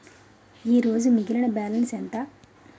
ఈరోజు మిగిలిన బ్యాలెన్స్ ఎంత?